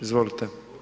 Izvolite.